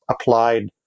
applied